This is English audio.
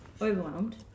Overwhelmed